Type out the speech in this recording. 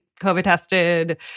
COVID-tested